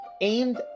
aimed